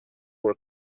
were